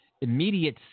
immediate